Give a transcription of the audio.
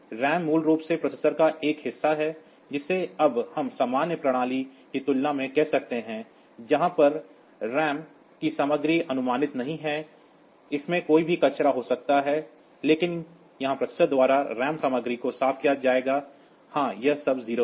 RAM मूल रूप से प्रोसेसर का एक हिस्सा है जिसे अब हम सामान्य प्रणाली की तुलना में कह सकते हैं जहां पर राम की सामग्री अनुमानित नहीं है इसमें कोई भी कचरा हो सकता है लेकिन यहां प्रोसेसर द्वारा रैम सामग्री को साफ किया जाता है हां यह सब 0 है